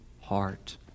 heart